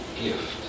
gift